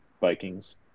Vikings